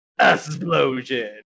explosion